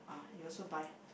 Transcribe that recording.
you also buy